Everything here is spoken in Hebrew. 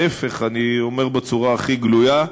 ההפך, אני אומר בצורה הכי גלויה,